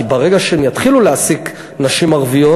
כי ברגע שהם יתחילו להעסיק נשים ערביות,